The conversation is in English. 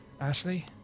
Ashley